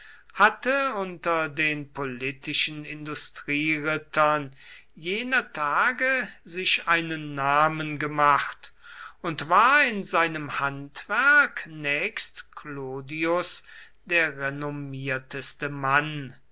hatte unter den politischen industrierittern jener tage sich einen namen gemacht und war in seinem handwerk nächst clodius der renommierteste mann